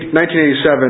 1987